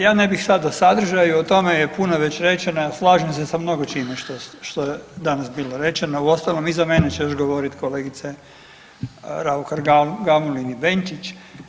Ja ne bih sada o sadržaju o tome je puno već rečeno, a slažem se sa mnogočime što je danas bilo rečeno uostalom iza mene će još govoriti kolegice RAuhar Gamulin i Benčić.